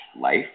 life